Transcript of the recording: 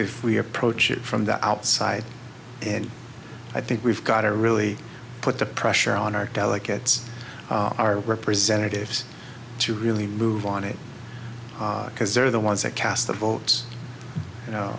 if we approach it from the outside and i think we've got to really put the pressure on our delicates our representatives to really move on it because they're the ones that cast their votes